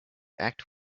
act